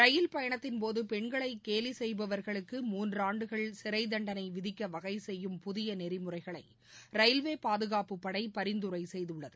ரயில் பயணத்தின் போது பெண்களை கேலி செய்பவர்களுக்கு மூன்றாண்டுகள் சிறைத்தண்டளை விதிக்க வகை செய்யும் புதிய நெறிமுறைகளை ரயில்வே பாதுகாப்புப் படை பரிந்துரை செய்துள்ளது